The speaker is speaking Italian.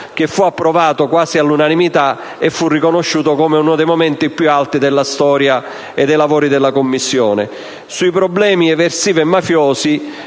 che fu approvato quasi all'unanimità e fu riconosciuto come uno dei momenti più alti della storia e dei lavori della Commissione. Sui problemi eversivi e mafiosi,